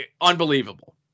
unbelievable